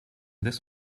this